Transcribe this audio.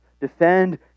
Defend